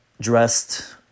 dressed